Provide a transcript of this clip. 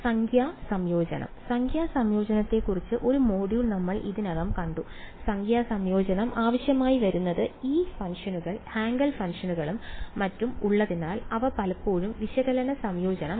സംഖ്യാ സംയോജനം സംഖ്യാ സംയോജനത്തെക്കുറിച്ചുള്ള ഒരു മൊഡ്യൂൾ നമ്മൾ ഇതിനകം കണ്ടു സംഖ്യാ സംയോജനം ആവശ്യമായി വരുന്നത് ഈ ഫംഗ്ഷനുകൾ ഹാങ്കെൽ ഫംഗ്ഷനുകളും മറ്റും ഉള്ളതിനാൽ അവ പലപ്പോഴും വിശകലന സംയോജനമല്ല